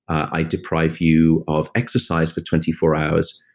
i deprive you of exercise for twenty four hours,